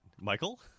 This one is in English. Michael